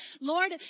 Lord